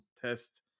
test